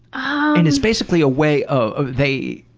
ah and it's basically a way ah ah they,